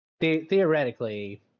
theoretically